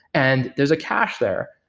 and there's a cache there.